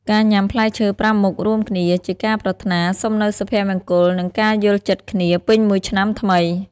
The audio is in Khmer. ការញ៉ាំ "ផ្លែឈើប្រាំមុខ" រួមគ្នា ជាការប្រាថ្នាសុំនូវសុភមង្គល និងការយល់ចិត្តគ្នាពេញមួយឆ្នាំថ្មី។